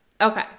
Okay